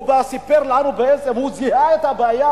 הוא סיפר לנו שבעצם הוא זיהה את הבעיה